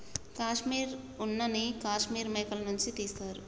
కాశ్మీర్ ఉన్న నీ కాశ్మీర్ మేకల నుంచి తీస్తారు